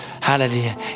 Hallelujah